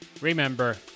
Remember